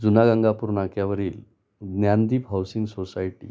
जुना गंगापूर नाक्यावरील Dnyandeep housing society